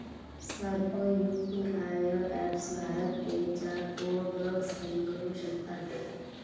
सर्व UPI apps BharatPe चा code scan करू शकतात